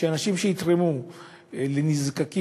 שאנשים יתרמו לנזקקים,